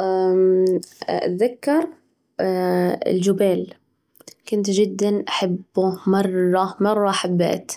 أمم أتذكر الجبيل، كنت جدًا أحبه، مرة مرة حبيت